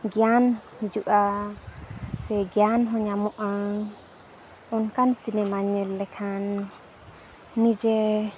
ᱜᱮᱭᱟᱱ ᱦᱤᱡᱩᱜᱼᱟ ᱥᱮ ᱜᱮᱭᱟᱱ ᱦᱚᱸ ᱧᱟᱢᱚᱜᱼᱟ ᱚᱱᱠᱟᱱ ᱧᱮᱞ ᱞᱮᱠᱷᱟᱱ ᱱᱤᱡᱮ